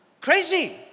Crazy